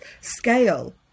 scale